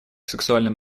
сексуальным